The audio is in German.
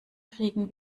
kriegen